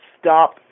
stop